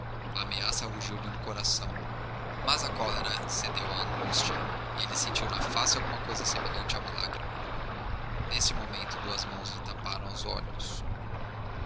ameaça rugiulhe no coração mas a cólera cedeu à angústia e ele sentiu na face alguma coisa semelhante a uma lágrima nesse momento duas mãos lhe taparam os olhos